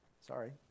Sorry